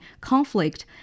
conflict